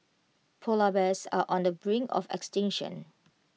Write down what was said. Polar Bears are on the brink of extinction